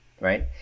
right